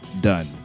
done